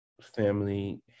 family